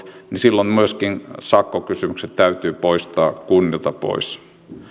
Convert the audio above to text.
silloin myöskin sakkokysymykset täytyy poistaa kunnilta